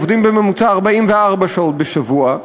עובדים בממוצע 44 שעות בשבוע.